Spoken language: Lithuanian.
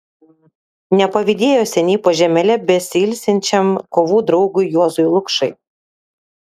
nepavydėjo seniai po žemele besiilsinčiam kovų draugui juozui lukšai